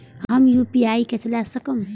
हम यू.पी.आई के चला सकब?